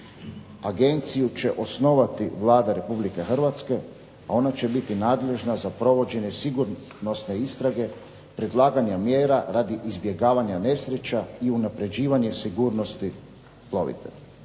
Agenciju će osnovati Vlada Republike Hrvatske, a ona će biti nadležna za provođenje sigurnosne istrage, predlaganja mjera radi izbjegavanja nesreća i unapređivanje sigurnosti plovidbe.